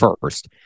first